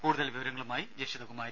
കൂടുതൽ വിവരങ്ങളുമായി ജഷിത കുമാരി